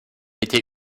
été